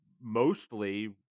mostly